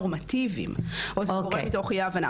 נורמטיביים או שזה קורה מתוך אי הבנה.